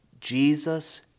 Jesus